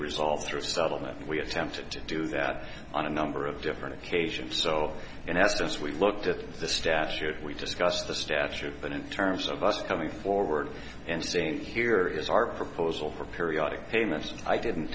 resolved through settlement we attempted to do that on a number of different occasions so in essence we looked at this statute we discussed the statute but in terms of us coming forward and saying here is our proposal for periodic payments and i didn't